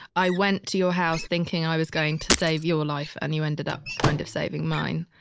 i went to your house thinking i was going to save your life and you ended up kind of saving mine.